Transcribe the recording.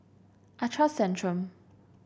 I trust Centrum